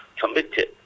committed